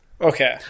Okay